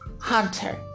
hunter